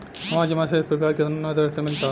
हमार जमा शेष पर ब्याज कवना दर से मिल ता?